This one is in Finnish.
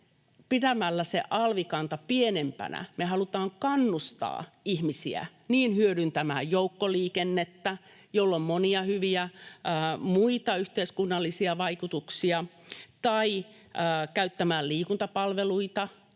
pitämällä se alvikanta pienempänä me halutaan kannustaa ihmisiä hyödyntämään joukkoliikennettä, jolla on monia muita hyviä yhteiskunnallisia vaikutuksia, ja käyttämään liikuntapalveluita,